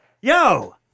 Yo